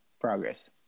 progress